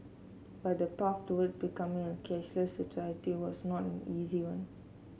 but the path towards becoming a cashless society was not an easy one